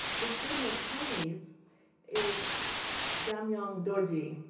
the student of chinese is jamyoung dorji